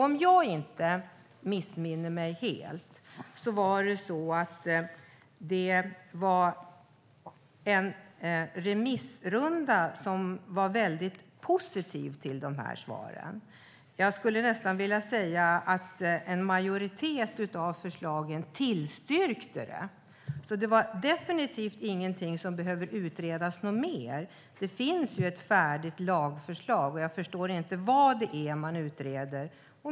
Om jag inte missminner mig helt var remissinstanserna väldigt positiva till de här svaren. Jag skulle nästan vilja säga att en majoritet av förslagen tillstyrktes, så det är definitivt ingenting som behöver utredas mer. Det finns ett färdigt lagförslag, och jag förstår inte vad det är man utreder.